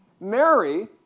Mary